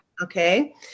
Okay